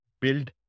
build